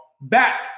back